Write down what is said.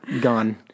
gone